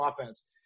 offense